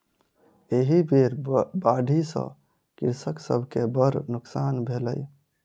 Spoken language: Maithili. एहि बेर बाढ़ि सॅ कृषक सभ के बड़ नोकसान भेलै